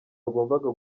wagombaga